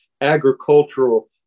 agricultural